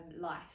life